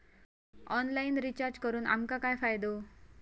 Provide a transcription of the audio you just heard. Online recharge करून आमका काय फायदो?